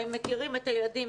הם מכירים את הילדים,